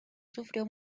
sufrió